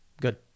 Good